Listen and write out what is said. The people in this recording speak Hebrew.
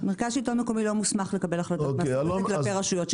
מרכז שלטון מקומי לא מוסמך לקבל החלטות מהסוג הזה כלפי רשויות,